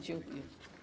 Dziękuję.